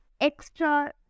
extra